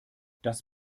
das